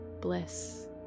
bliss